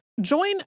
Join